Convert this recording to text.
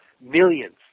millions